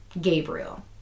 Gabriel